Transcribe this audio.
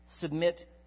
Submit